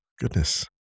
goodness